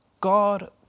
God